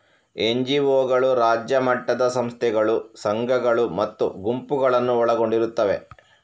ಎನ್.ಜಿ.ಒಗಳು ರಾಜ್ಯ ಮಟ್ಟದ ಸಂಸ್ಥೆಗಳು, ಸಂಘಗಳು ಮತ್ತು ಗುಂಪುಗಳನ್ನು ಒಳಗೊಂಡಿರುತ್ತವೆ